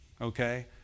okay